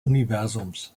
universums